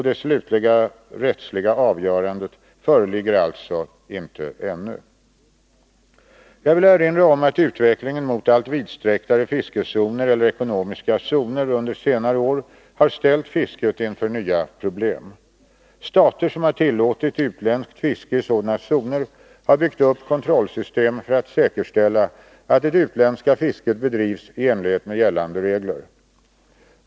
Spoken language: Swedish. Det slutliga rättsliga avgörandet föreligger alltså inte ännu. Jag vill erinra om att utvecklingen mot allt vidsträcktare fiskezoner eller ekonomiska zoner under senare år har ställt fisket inför nya problem. Stater som har tillåtit utländskt fiske i sådana zoner har byggt upp kontrollsystem för att säkerställa att det utländska fisket bedrivs i enlighet med gällande regler.